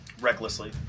Recklessly